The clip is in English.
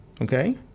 okay